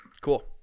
cool